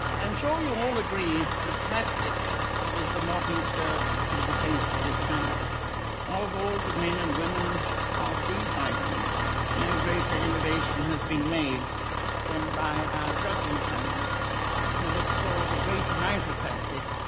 i'm sure you all agreed the plastic is the modern skirt on the face of this planet of all the men and women of these islands no greater innovation has been made than by our judging panel who have stored a great amount of plastic?